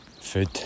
food